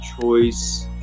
choice